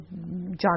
John